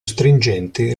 stringenti